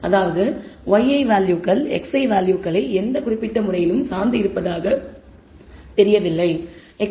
அதாவது yi வேல்யூகள் xi வேல்யூகளை எந்த குறிப்பிட்ட முறையிலும் சார்ந்து இருப்பதாக தெரியவில்லை